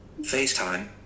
FaceTime